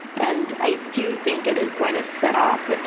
and i do think it is going to set off.